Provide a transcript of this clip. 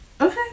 Okay